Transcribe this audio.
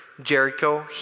Jericho